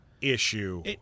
issue